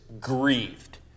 grieved